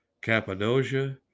Cappadocia